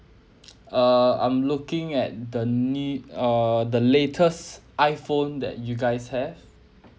err I'm looking at the ne~ err the latest iPhone that you guys have